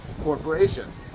corporations